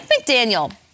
McDaniel